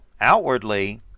outwardly